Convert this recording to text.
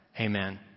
Amen